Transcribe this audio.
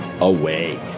away